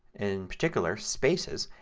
in particular spaces.